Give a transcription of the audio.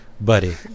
buddy